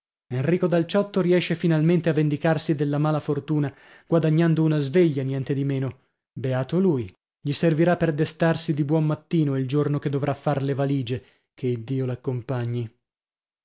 enrico dal ciotto riesce finalmente a vendicarsi della mala fortuna guadagnando una sveglia niente di meno beato lui gli servirà per destarsi di buon mattino il giorno che dovrà far le valigie che iddio